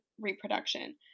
reproduction